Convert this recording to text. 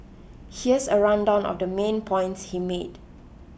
here's a rundown of the main points he made